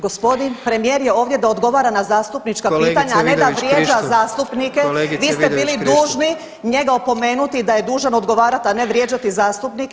Gospodin premijer je ovdje da odgovara na zastupnička pitanja, a ne da vrijeđa zastupnike [[Upadica predsjednik: Kolegice Vidović Krišto …]] Vi ste bili dužni njega opomenuti da je dužan odgovarati, a ne vrijeđati zastupnike.